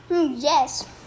Yes